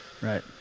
Right